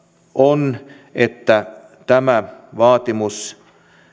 on että tämä vaatimus